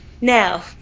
Now